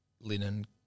Linen